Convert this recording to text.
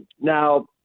Now